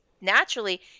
naturally